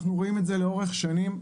אנחנו רואים את זה לאורך שנים,